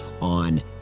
on